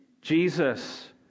Jesus